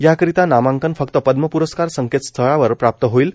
याकरिता नामांकन फक्त पद्म प्रस्कार संकप्त स्थळावर प्राप्त होईल